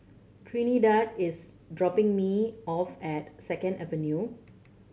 Trinidad is dropping me off at Second Avenue